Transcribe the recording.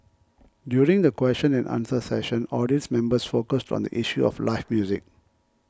during the question and answer session audience members focused on the issue of live music